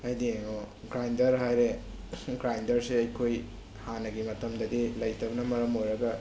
ꯍꯥꯏꯗꯤ ꯌꯦꯡꯉꯣ ꯒ꯭ꯔꯥꯏꯟꯗꯔ ꯍꯥꯏꯔꯦ ꯒ꯭ꯔꯥꯏꯟꯗꯔꯁꯦ ꯑꯩꯈꯣꯏ ꯍꯥꯟꯅꯒꯤ ꯃꯇꯝꯗꯗꯤ ꯂꯩꯇꯕꯅ ꯃꯔꯝ ꯑꯣꯏꯔꯒ